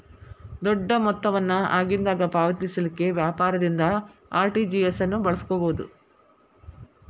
ದೊಡ್ಡ ಮೊತ್ತ ವನ್ನ ಆಗಿಂದಾಗ ಪಾವತಿಸಲಿಕ್ಕೆ ವ್ಯಾಪಾರದಿಂದ ಆರ್.ಟಿ.ಜಿ.ಎಸ್ ಅನ್ನು ಬಳಸ್ಕೊಬೊದು